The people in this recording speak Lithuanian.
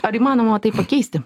ar įmanoma tai pakeisti